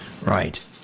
right